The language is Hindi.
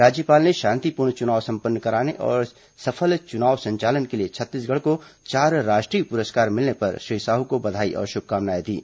राज्यपाल ने शांतिपूर्ण चुनाव संपन्न कराने और सफल चुनाव संचालन के लिए छत्तीसगढ़ को चार राष्ट्रीय पुरस्कार मिलने पर श्री साहू को बधाई और शुभकामनाएं दीं